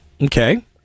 Okay